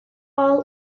all